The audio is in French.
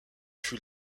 fut